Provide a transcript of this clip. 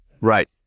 Right